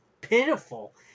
pitiful